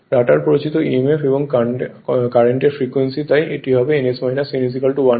রটারে প্ররোচিত emf এবং কারেন্টের ফ্রিকোয়েন্সি তাই এটি হবে ns n 120 F2 P